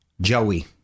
Joey